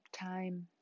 time